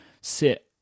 sit